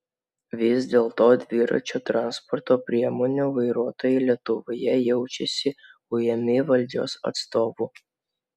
vis dėlto dviračių transporto priemonių vairuotojai lietuvoje jaučiasi ujami valdžios atstovų